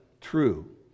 true